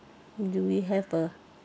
do we have a